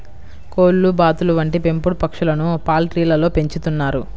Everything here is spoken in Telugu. కోళ్లు, బాతులు వంటి పెంపుడు పక్షులను పౌల్ట్రీలలో పెంచుతున్నారు